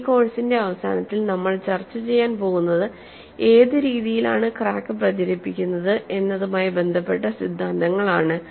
ഈ കോഴ്സിന്റെ അവസാനത്തിൽ നമ്മൾ ചർച്ച ചെയ്യാൻ പോകുന്നത് ഏത് രീതിയിലാണ് ക്രാക്ക് പ്രചരിപ്പിക്കുന്നത് എന്നതുമായി ബന്ധപ്പെട്ട സിദ്ധാന്തങ്ങൾ ആണ്